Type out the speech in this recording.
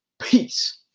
Peace